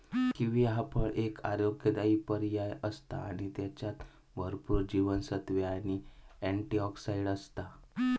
kiwi ह्या फळ एक आरोग्यदायी पर्याय आसा आणि त्येच्यात भरपूर जीवनसत्त्वे आणि अँटिऑक्सिडंट आसत